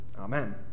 Amen